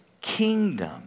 kingdom